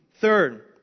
Third